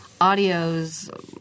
audios –